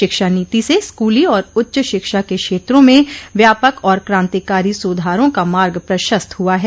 शिक्षा नीति से स्कूली और उच्च शिक्षा के क्षेत्रों में व्यापक और क्रातिकारी सुधारों का मार्ग प्रशस्त हुआ है